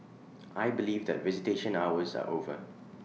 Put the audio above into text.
I believe that visitation hours are over